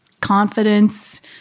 confidence